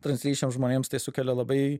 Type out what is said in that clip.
translyčiams žmonėms tai sukelia labai